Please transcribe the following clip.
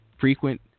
frequent